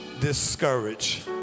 discouraged